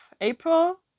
April